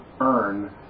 earn